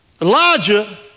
Elijah